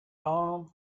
home